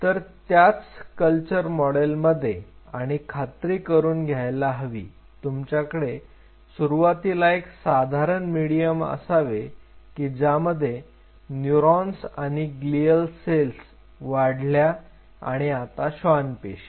तर त्याच कल्चर मॉडेलमध्ये आणि खात्री करून घ्यायला हवी तुमच्याकडे सुरुवातीला एक साधारण मिडीयम असावे की ज्यामध्ये न्यूरॉन्स आणि ग्लीअल सेल्स वाढल्या आणि आता श्वान पेशी